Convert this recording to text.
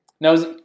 Now